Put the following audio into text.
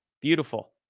Beautiful